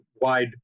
wide